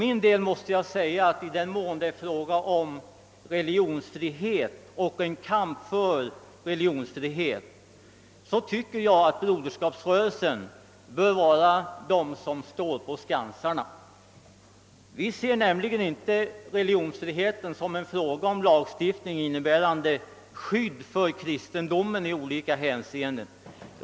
I den mån det rör sig om en kamp för religionsfrihet bör broderskapsrörelsen enligt min mening stå på skansarna. Vi ser nämligen inte religionsfriheten som en fråga om lagstiftning, innebärande skydd för kristendomen i olika hänseenden.